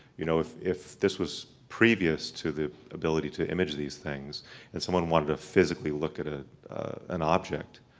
you know, if if this was previous to the ability to image these things and someone wanted to physically look at a an object,